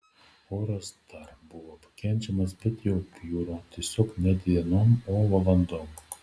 oras dar buvo pakenčiamas bet jau bjuro tiesiog ne dienom o valandom